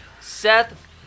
Seth